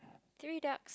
three duck